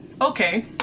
okay